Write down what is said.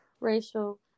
racial